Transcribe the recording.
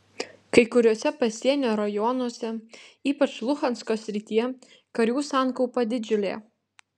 kai kuriuose pasienio rajonuose ypač luhansko srityje karių sankaupa didžiulė